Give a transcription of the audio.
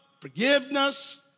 forgiveness